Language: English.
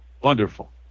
Wonderful